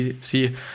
see